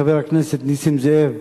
חבר הכנסת נסים זאב,